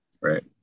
Right